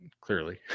clearly